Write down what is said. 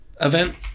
event